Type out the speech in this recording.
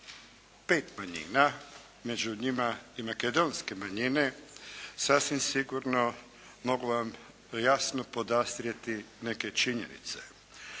pet manjina, među njima i makedonske manjine, sasvim sigurno mogu vam jasno podastrijeti neke činjenice.